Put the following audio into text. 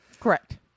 Correct